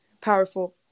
powerful